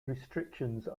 restrictions